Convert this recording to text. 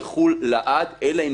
אליה.